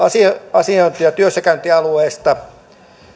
asiointi ja työssäkäyntialueista